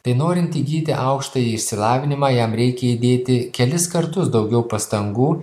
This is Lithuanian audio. tai norint įgyti aukštąjį išsilavinimą jam reikia įdėti kelis kartus daugiau pastangų